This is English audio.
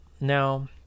Now